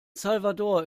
salvador